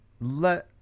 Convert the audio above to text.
Let